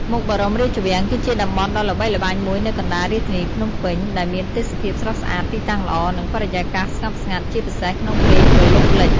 មុខបរមរាជវាំង គឺជាតំបន់ដ៏ល្បីល្បាញមួយនៅកណ្ដាលរាជធានីភ្នំពេញ ដែលមានទេសភាពស្រស់ស្អាត ទីតាំងល្អ និងបរិយាកាសស្ងប់ស្ងាត់ ជាពិសេសក្នុងពេលព្រលប់លិច។